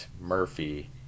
murphy